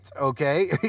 okay